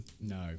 No